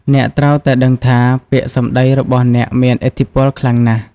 អ្នកត្រូវតែដឹងថា ពាក្យសម្ដីរបស់អ្នកមានឥទ្ធិពលខ្លាំងណាស់។